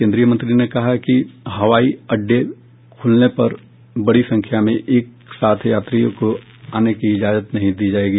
केन्द्रीय मंत्री ने कहा कि हवाई अड्डे खुलने पर बड़ी संख्या में एक साथ यात्रियों को आने की इजाजत नहीं दी जाएगी